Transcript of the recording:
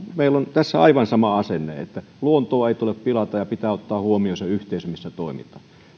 tässä aivan sama asenne että luontoa ei tule pilata ja pitää ottaa huomioon se yhteisö missä toimitaan